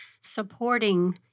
supporting